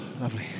Lovely